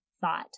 thought